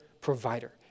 provider